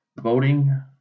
voting